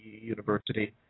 university